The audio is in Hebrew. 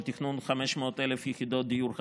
של תכנון 500,000 יחידות דיור חדשות.